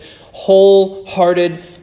wholehearted